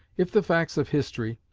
if the facts of history,